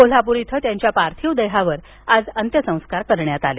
कोल्हापूर इथं त्यांच्या पार्थिव देहावर आज अंत्यसंस्कार करण्यात आले